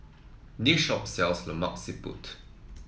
this shop sells Lemak Siput